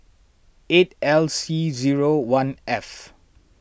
eight L C zero one F